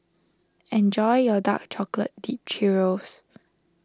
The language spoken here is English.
enjoy your Dark Chocolate Dipped Churro's